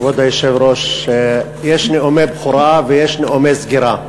כבוד היושב-ראש, יש נאומי בכורה ויש נאומי סגירה.